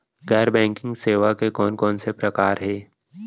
गैर बैंकिंग सेवा के कोन कोन से प्रकार हे?